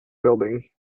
building